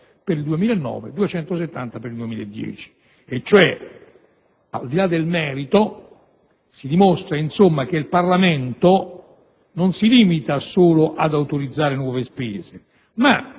per il 2009 e 270 per il 2010. Cioè, al di là del merito, si dimostra, insomma, che il Parlamento non si limita solo ad autorizzare nuove spese ma,